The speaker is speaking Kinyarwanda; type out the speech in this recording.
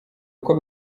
uko